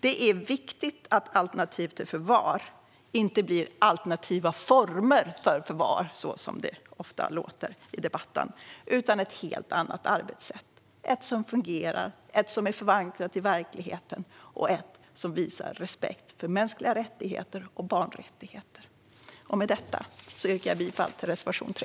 Det är viktigt att alternativ till förvar inte blir alternativa former för förvar, så som det ofta låter i debatten, utan ett helt annat arbetssätt, ett som fungerar, som är förankrat i verkligheten och som visar respekt för mänskliga rättigheter och barnrättigheter. Jag yrkar bifall till reservation 3.